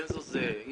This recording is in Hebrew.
אם,